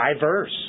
diverse